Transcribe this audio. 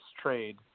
trade